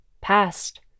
past